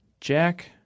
Jack